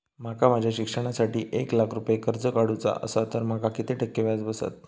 माका माझ्या शिक्षणासाठी एक लाख रुपये कर्ज काढू चा असा तर माका किती टक्के व्याज बसात?